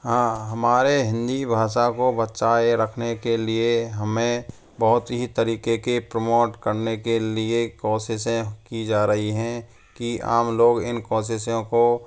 हाँ हमारे हिंदी भाषा को बचाए रखने के लिए हमें बहुत ही तरीके के प्रमोट करने के लिए कोशिशें की जा रही है कि आम लोग इन कोशिशों को